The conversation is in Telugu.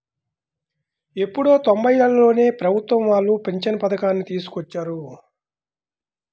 ఎప్పుడో తొంబైలలోనే ప్రభుత్వం వాళ్ళు పింఛను పథకాన్ని తీసుకొచ్చారు